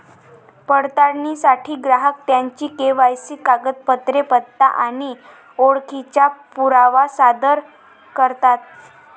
पडताळणीसाठी ग्राहक त्यांची के.वाय.सी कागदपत्रे, पत्ता आणि ओळखीचा पुरावा सादर करतात